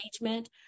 engagement